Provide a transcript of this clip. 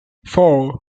four